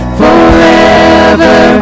forever